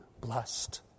blessed